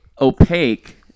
opaque